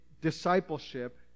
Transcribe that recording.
discipleship